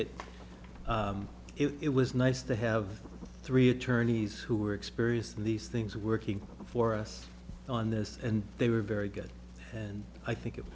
it it was nice to have three attorneys who are experienced in these things working for us on this and they were very good and i think it